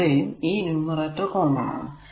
ഇവിടെയും ഈ numerator common ആണ്